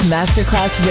Masterclass